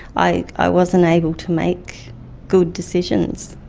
i i wasn't able to make good decisions,